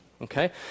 okay